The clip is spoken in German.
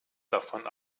davon